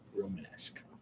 Romanesque